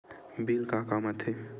Bill का काम आ थे?